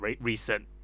recent